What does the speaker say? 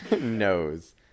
knows